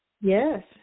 Yes